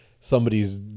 somebody's